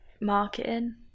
marketing